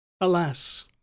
Alas